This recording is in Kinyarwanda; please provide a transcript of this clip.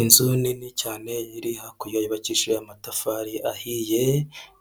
Inzu nini cyane iri hakurya yubakishije amatafari ahiye,